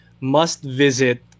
must-visit